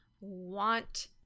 want